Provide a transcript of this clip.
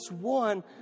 one